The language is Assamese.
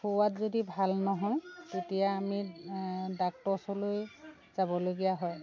খোওৱাত যদি ভাল নহয় তেতিয়া আমি ডাক্টৰৰ ওচৰলৈ যাবলগীয়া হয়